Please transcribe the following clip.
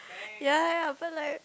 ya ya ya but like